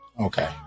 okay